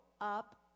up